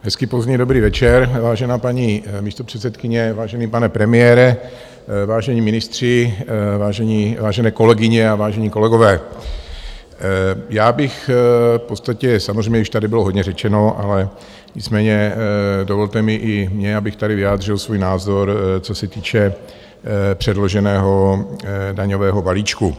Hezký pozdní dobrý večer, vážená paní místopředsedkyně, vážený pane premiére, vážení ministři, vážené kolegyně a vážení kolegové, já bych v podstatě samozřejmě už tady bylo hodně řečeno, ale nicméně dovolte i mně, abych tady vyjádřil svůj názor, co se týče předloženého daňového balíčku.